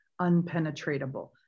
unpenetratable